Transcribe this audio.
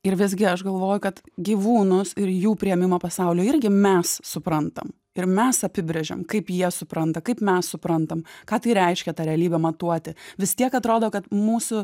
ir visgi aš galvoju kad gyvūnus ir jų priėmimą pasaulio irgi mes suprantam ir mes apibrėžiam kaip jie supranta kaip mes suprantam ką tai reiškia ta realybė matuoti vis tiek atrodo kad mūsų